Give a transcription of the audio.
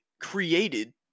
created